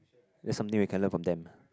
that's something we can learn from them